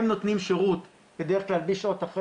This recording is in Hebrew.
הם נותנים שירות בדרך כלל משעות אחר